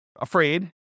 afraid